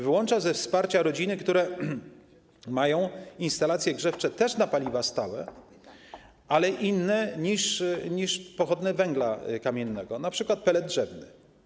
Wyłącza ze wsparcia rodziny, które mają instalacje grzewcze też na paliwa stałe, ale inne niż pochodne węgla kamiennego, np. pellet drzewny.